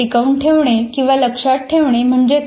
टिकवून ठेवणे किंवा लक्षात ठेवणे म्हणजे काय